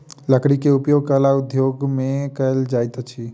लकड़ी के उपयोग कला उद्योग में कयल जाइत अछि